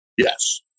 Yes